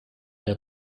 der